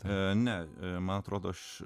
ne man atrodo aš